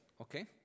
okay